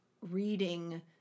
reading